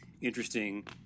interesting